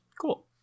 Cool